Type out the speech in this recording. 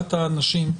הגעת האנשים,